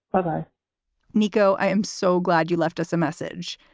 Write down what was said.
brother niko, i am so glad you left us a message.